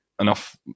enough